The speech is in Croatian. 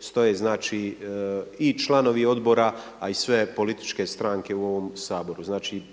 stoje znači i članovi odbora a i sve političke stranke u ovom Saboru.